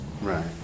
Right